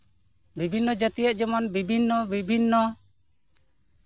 ᱵᱤᱵᱷᱤᱱᱚ ᱡᱟᱹᱛᱤᱭᱟᱜ ᱡᱮᱢᱚᱱ ᱵᱤᱵᱷᱤᱱᱱᱚᱼᱵᱤᱵᱷᱤᱱᱱᱚ